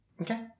Okay